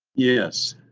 yes.